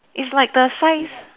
it's like the size